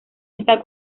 está